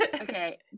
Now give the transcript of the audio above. okay